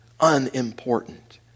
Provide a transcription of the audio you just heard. unimportant